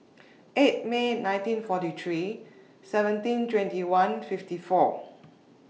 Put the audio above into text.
eight May nineteen forty three seventeen twenty one fifty four